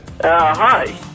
Hi